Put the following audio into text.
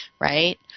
right